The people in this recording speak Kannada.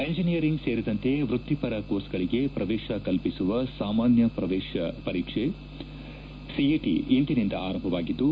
ಇಂಜಿನಿಯರಿಂಗ್ ಸೇರಿದಂತೆ ವೃತ್ತಿಪರ ಕೋರ್ಸ್ಗಳಿಗೆ ಶ್ರವೇಶ ಕಲ್ಪಿಸುವ ಸಾಮಾನ್ಯ ಶ್ರವೇಶ ಸಿಇಟಿ ಪರೀಕ್ಷೆ ಇಂದಿನಿಂದ ಆರಂಭವಾಗಿದ್ದು